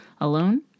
alone